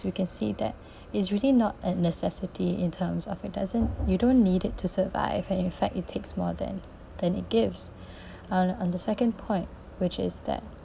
we can see that it's really not a necessity in terms of it doesn't you don't need it to survive and in fact it takes more than than it gives on on the second point which is that